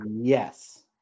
Yes